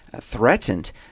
threatened